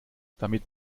damit